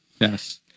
Yes